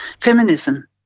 feminism